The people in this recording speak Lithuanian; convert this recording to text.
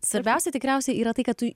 svarbiausia tikriausiai yra tai kad tu